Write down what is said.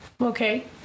okay